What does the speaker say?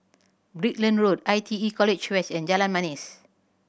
Brickland Road I T E College West and Jalan Manis